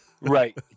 right